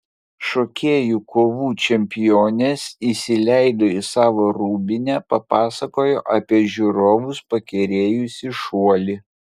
šokėjų kovų čempionės įsileido į savo rūbinę papasakojo apie žiūrovus pakerėjusį šuolį